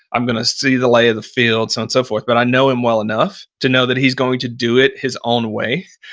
i'm going to see the lay of the field, so on, so forth. but i know him well enough to know that he's going to do it his own way,